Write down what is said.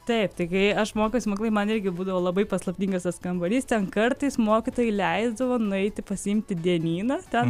taip tai kai aš mokiausi mokykloj man irgi būdavo labai paslaptingas tas kambarys ten kartais mokytojai leisdavo nueiti pasiimti dienyną ten